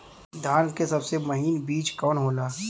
धान के सबसे महीन बिज कवन होला?